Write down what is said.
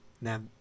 now